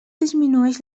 disminueix